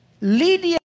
Lydia